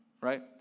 right